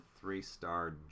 three-star